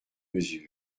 mesure